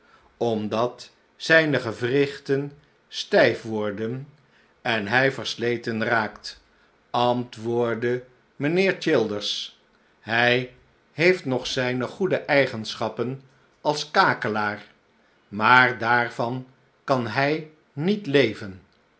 omdat zyne gewrichten stijf worden en hij versleten raakt antwoordde mijnheer childers hij heeft nog zijne goede eigenschappen als kakelaar maar daarvan kan hij niet leven